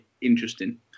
interesting